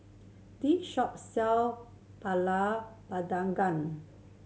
this shop sell pulut